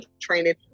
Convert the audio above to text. training